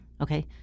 Okay